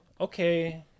okay